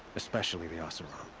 especially the oseram.